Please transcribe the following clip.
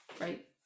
right